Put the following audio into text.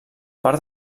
part